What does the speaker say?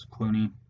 Clooney